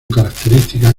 características